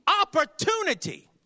opportunity